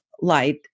light